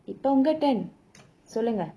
இப்ப ஒங்க:ippe onga turn சொல்லுங்க:sollunga